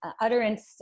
utterance